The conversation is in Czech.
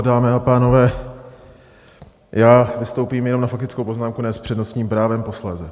Dámy a pánové, já vystoupím jenom na faktickou poznámku, ne s přednostním právem posléze.